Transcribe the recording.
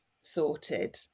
sorted